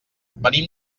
venim